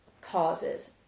causes